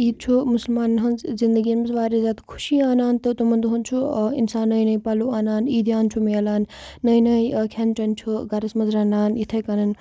عید چھِ مُسلمانن ہنٛد زندگین منٛز واریاہ زیادٕ خوشی اَنان تہٕ تِمن دۄہن چھُ اِنسان نٔوے نٔوے پَلو اَنان عیٖدیان چھُ مِلان نٔوے نٔوے کھیٚن چیٚن چھُ گرس منٛز رَنان یِتھٕے کَنۍ